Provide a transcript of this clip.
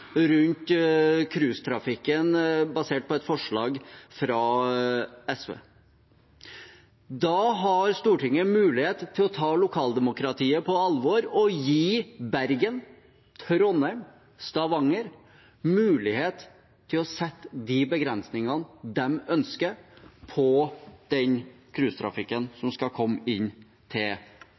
basert på et forslag fra SV. Da har Stortinget mulighet til å ta lokaldemokratiet på alvor og gi Bergen, Trondheim og Stavanger mulighet til å sette de begrensningene de ønsker på den cruisetrafikken som skal komme inn til